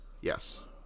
Yes